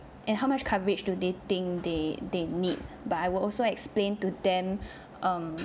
and how much coverage do they think they they need but I will also explain to them um